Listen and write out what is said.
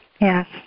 Yes